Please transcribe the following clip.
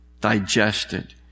digested